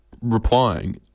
replying